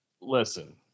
Listen